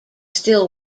still